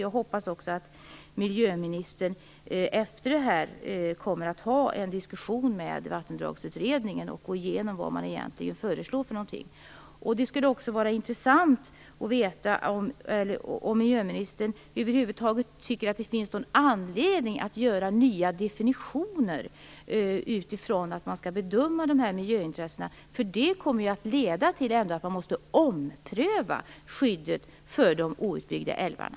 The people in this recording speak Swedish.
Jag hoppas också att miljöministern efter detta kommer att ha en diskussion med Vattendragsutredningen och gå igenom vad man egentligen föreslår för någonting. Det skulle också vara intressant att veta om miljöministern över huvud taget tycker att det finns någon anledning att göra nya definitioner med tanke på att man skall bedöma dessa miljöintressen. Det kommer ju att leda till att man måste ompröva skyddet för de outbyggda älvarna.